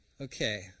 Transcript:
Okay